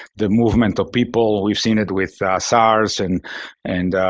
the movement of people, we've seen it with sars and and